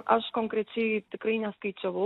aš konkrečiai tikrai neskaičiavau